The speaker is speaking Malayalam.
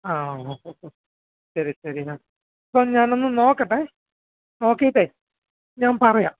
ആ ഒ ഒ ഒ ശരി ശരി ആ അപ്പം ഞാനൊന്ന് നോക്കട്ടെ നോക്കീട്ടെ ഞാൻ പറയാം